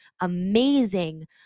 amazing